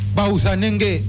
Bausanenge